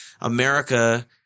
America